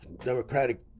democratic